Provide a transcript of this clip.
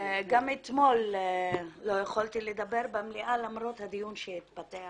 גם אתמול לא יכולתי לדבר במליאה למרות הדיון שהתפתח